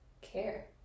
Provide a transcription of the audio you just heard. care